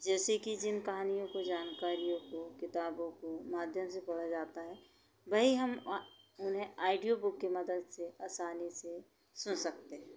जैसे कि जिन कहानियों को जानकारियों को किताबों को माध्यम से पढ़ा जाता है वही हम उन्हें आइडियो बुक की मदद से असानी से सुन सकते हैं